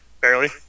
Barely